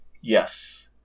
Yes